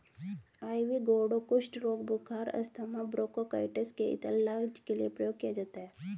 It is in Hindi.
आइवी गौर्डो कुष्ठ रोग, बुखार, अस्थमा, ब्रोंकाइटिस के इलाज के लिए प्रयोग किया जाता है